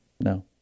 No